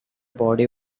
body